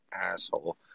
asshole